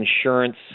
insurance